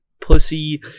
pussy